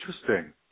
Interesting